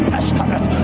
Testament